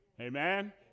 Amen